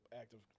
active